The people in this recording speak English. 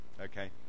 Okay